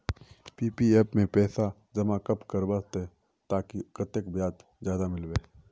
PPF में पैसा जमा कब करबो ते ताकि कतेक ब्याज ज्यादा मिलबे?